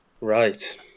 Right